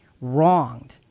wronged